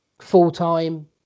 full-time